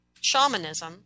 shamanism